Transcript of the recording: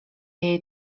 jej